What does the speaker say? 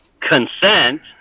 consent